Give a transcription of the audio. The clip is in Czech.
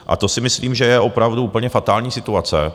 A to si myslím, že je opravdu úplně fatální situace.